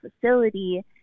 facility